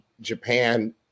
japan